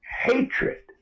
hatred